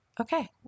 okay